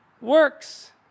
works